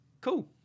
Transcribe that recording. cool